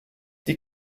die